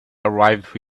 arrived